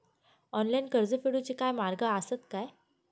Online कर्ज फेडूचे काय मार्ग आसत काय?